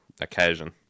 occasion